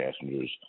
passengers